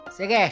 Okay